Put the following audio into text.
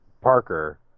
Parker